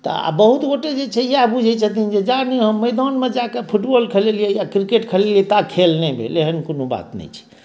तऽ आ बहुत गोटे जे छै से इएह बुझैत छथिन जे नहि हम मैदानमे जाके फुटबॉल खेललियै क्रिकेट खेललियै ता खेल नहि भेल एहन कओनो बात नहि छै